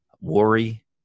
worry